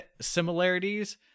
similarities